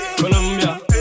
Colombia